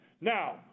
Now